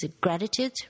gratitude